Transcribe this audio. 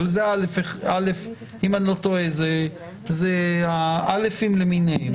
אם אני לא טועה זה ה-אל"פים למיניהם.